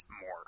more